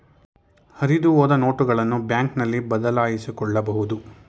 ಹರಿದುಹೋದ ನೋಟುಗಳನ್ನು ಬ್ಯಾಂಕ್ನಲ್ಲಿ ಬದಲಾಯಿಸಿಕೊಳ್ಳಬಹುದು